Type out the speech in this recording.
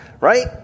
right